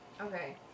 Okay